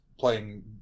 playing